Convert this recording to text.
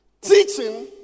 teaching